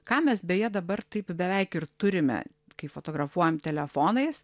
ką mes beje dabar taip beveik ir turime kai fotografuojam telefonais